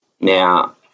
Now